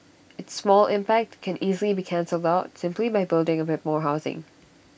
its small impact can easily be cancelled out simply by building A bit more housing